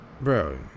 Bro